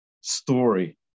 story